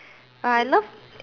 !wah! I love